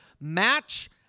match